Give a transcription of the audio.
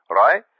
right